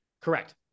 Correct